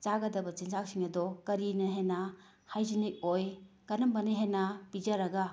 ꯆꯥꯒꯗꯕ ꯆꯤꯟꯖꯥꯛꯁꯤꯡ ꯑꯗꯣ ꯀꯔꯤꯅ ꯍꯦꯟꯅ ꯍꯥꯏꯖꯤꯅꯤꯛ ꯑꯣꯏ ꯀꯔꯝꯕꯅ ꯍꯦꯟꯅ ꯄꯤꯖꯔꯒ